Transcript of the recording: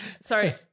Sorry